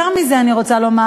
יותר מזה, אני רוצה לומר.